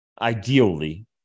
ideally